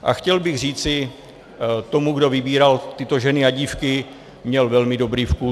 A chtěl bych říci tomu, kdo vybíral tyto ženy a dívky, měl velmi dobrý vkus.